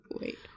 wait